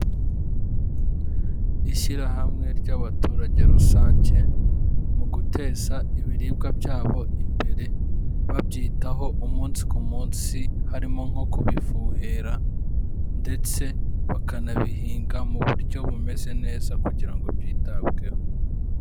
Ishyirahamwe ry'abaturage rusange mu guteza ibiribwa byabo imbere babyitaho umunsi ku munsi harimo nko kubifuhera ndetse bakanabihinga mu buryo bumeze neza kugira ngo byitabweho.